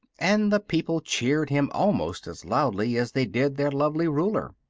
and the people cheered him almost as loudly as they did their lovely ruler.